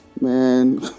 Man